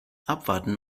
abwarten